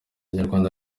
nyarwanda